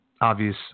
Obvious